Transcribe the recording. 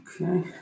Okay